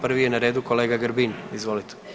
Prvi je na redu kolega Grbin, izvolite.